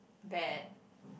bad